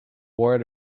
ward